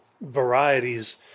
varieties